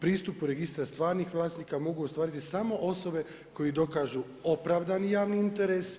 pristupu registra stvarnih vlasnika mogu ostvariti samo osobe koje dokažu opravdani javni interes.